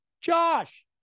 Josh